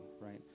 right